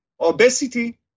Obesity